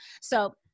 So-